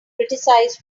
criticized